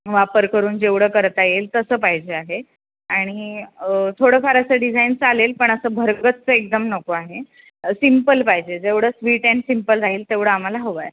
वापर करून जेवढं करता येईल तसं पाहिजे आहे आणि थोडंफार असं डिझाईन चालेल पण असं भरगच्च एकदम नको आहे सिंपल पाहिजे जेवढं स्वीट अँड सिम्पल राहील तेवढं आम्हाला हवं आहे